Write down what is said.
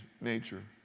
nature